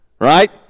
right